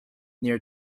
near